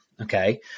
Okay